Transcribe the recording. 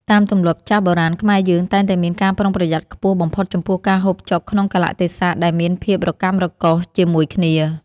តាមទម្លាប់ចាស់បុរាណខ្មែរយើងតែងតែមានការប្រុងប្រយ័ត្នខ្ពស់បំផុតចំពោះការហូបចុកក្នុងកាលៈទេសៈដែលមានភាពរកាំរកូសជាមួយគ្នា។